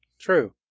True